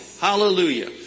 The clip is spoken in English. Hallelujah